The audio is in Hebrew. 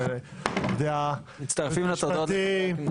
היועצים המשפטיים,